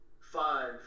Five